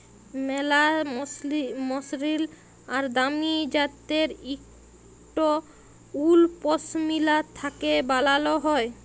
ম্যালা মসরিল আর দামি জ্যাত্যের ইকট উল পশমিলা থ্যাকে বালাল হ্যয়